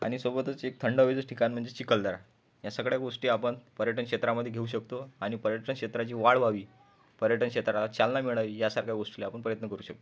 आणि सोबतच एक थंड हवेचंच ठिकाण म्हणजे चिखलदरा ह्या सगळ्या गोष्टी आपण पर्यटन क्षेत्रामध्ये घेऊ शकतो आणि पर्यटन क्षेत्राची वाढ व्हावी पर्यटन क्षेत्राला चालना मिळावी यासारख्या गोष्टीला आपण प्रयत्न करू शकतो